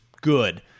good